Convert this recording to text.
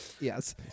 Yes